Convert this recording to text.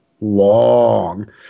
long